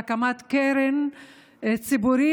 להקמת קרן ציבורית